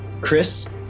Chris